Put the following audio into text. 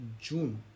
June